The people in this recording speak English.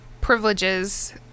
privileges